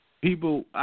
people